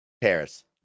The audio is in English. Paris